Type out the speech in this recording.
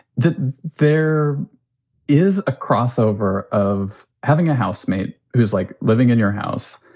that there is a crossover of having a housemate who's, like living in your house,